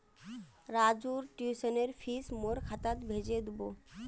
राजूर ट्यूशनेर फीस मोर खातात भेजे दीबो